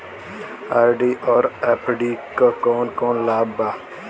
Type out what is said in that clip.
RD और FD क कौन कौन लाभ बा?